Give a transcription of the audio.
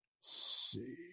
see